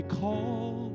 call